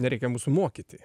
nereikia mūsų mokyti